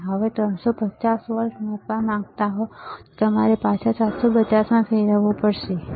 જો તમે 350 વોલ્ટ માપવા માંગતા હો તો તમારે પાછા 7 50 માં ફેરવવું પડશે બરાબર